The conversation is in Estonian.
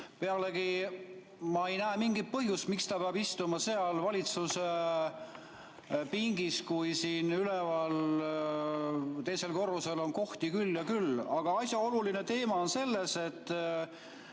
Pealegi ei näe ma mingit põhjust, miks ta peab istuma seal valitsuse pingis, kui üleval teisel korrusel on kohti küll ja küll. Aga oluline teema on selles, et